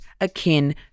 akin